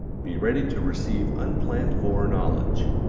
be ready to receive unplanned-for knowledge.